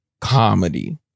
comedy